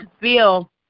feel